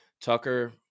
Tucker